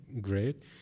great